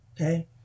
okay